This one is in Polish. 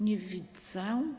Nie widzę.